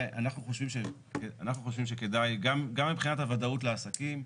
אנחנו חושבים שכדאי, גם מבחינת הוודאות לעסקים.